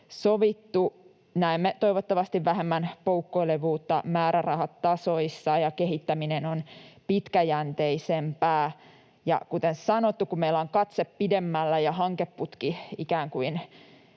sovittu. Toivottavasti näemme vähemmän poukkoilevuutta määrärahatasoissa ja kehittäminen on pitkäjänteisempää. Ja kuten sanottu, kun meillä on katse pidemmällä ja hankeputki pidemmällä